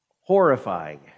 horrifying